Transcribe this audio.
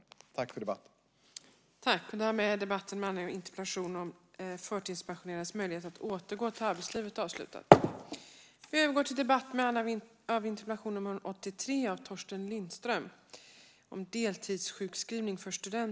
Tack för debatten!